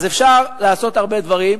אז אפשר לעשות הרבה דברים,